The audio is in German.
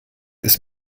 ist